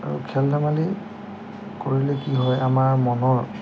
আৰু খেল ধেমালি কৰিলে কি হয় আমাৰ মনৰ